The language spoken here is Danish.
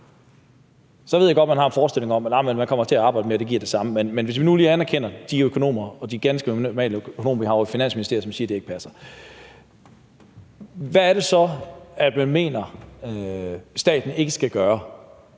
– jeg ved godt, at man har en forestilling om, at man kommer til at arbejde mere, og at det giver det samme, men lad os lige sige, at vi anerkender de økonomer, bl.a. de ganske normale økonomer, vi har ovre i Finansministeriet, som siger, at det ikke passer. Hvad er det så, man mener at staten ikke skal gøre?